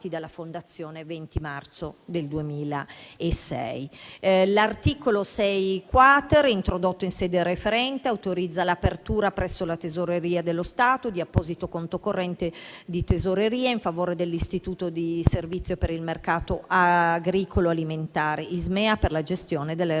della finanza pubblica. L'articolo 6-*quater*, introdotto in sede referente, autorizza l'apertura, presso la Tesoreria dello Stato, di apposito conto corrente di tesoreria in favore dell'Istituto di Servizi per il Mercato Agricolo Alimentare - ISMEA per la gestione delle risorse